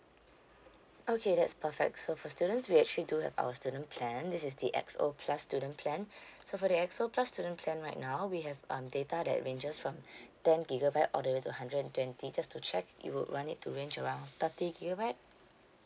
okay that's perfect so for students we actually do have our student plan this is the X_O plus student plan so for the X_O plus student plan right now we have um data that ranges from ten gigabyte all the way to hundred and twenty just to check you would want it to range around thirty gigabyte